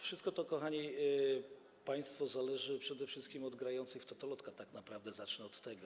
Wszystko to, kochani państwo, zależy przede wszystkim od grających w totolotka tak naprawdę, zacznę od tego.